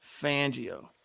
Fangio